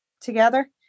together